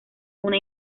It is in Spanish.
una